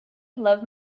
love